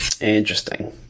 Interesting